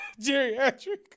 geriatric